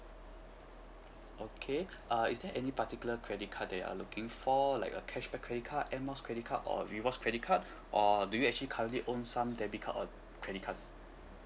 okay uh is there any particular credit card that you are looking for like a cashback credit card air miles credit card or rewards credit card or do you actually currently own some debit card or credit cards